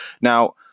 Now